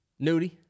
Nudie